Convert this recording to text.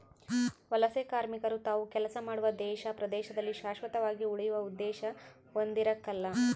ವಲಸೆಕಾರ್ಮಿಕರು ತಾವು ಕೆಲಸ ಮಾಡುವ ದೇಶ ಪ್ರದೇಶದಲ್ಲಿ ಶಾಶ್ವತವಾಗಿ ಉಳಿಯುವ ಉದ್ದೇಶ ಹೊಂದಿರಕಲ್ಲ